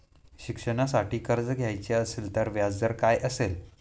शिक्षणासाठी कर्ज घ्यायचे असेल तर व्याजदर काय असेल?